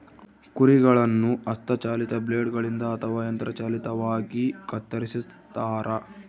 ಕುರಿಗಳನ್ನು ಹಸ್ತ ಚಾಲಿತ ಬ್ಲೇಡ್ ಗಳಿಂದ ಅಥವಾ ಯಂತ್ರ ಚಾಲಿತವಾಗಿ ಕತ್ತರಿಸ್ತಾರ